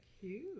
Cute